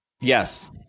Yes